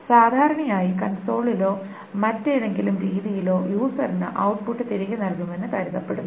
സാധാരണയായി കൺസോളിലോ മറ്റേതെങ്കിലും രീതിയിലോ യൂസെറിന് ഔട്ട്പുട്ട് തിരികെ നൽകുമെന്ന് കരുതപ്പെടുന്നു